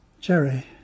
Jerry